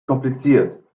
kompliziert